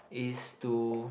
is to